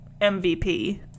MVP